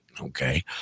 Okay